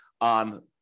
on